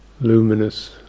luminous